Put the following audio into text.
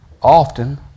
often